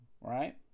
right